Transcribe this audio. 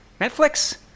Netflix